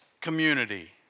community